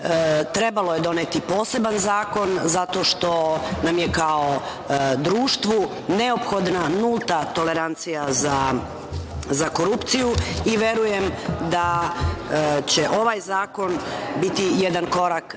Trebalo je doneti poseban zakon zato što nam je kao društvu neophodna nulta tolerancija za korupciju. Verujem da će ovaj zakon biti jedan korak